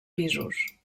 pisos